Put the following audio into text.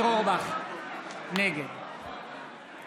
נגד